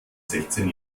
sechzehn